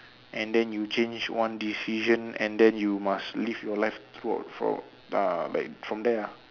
and then you change one decision and then you must live your life throughout for uh like from there ah